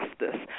justice